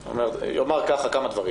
אני אומר כמה דברים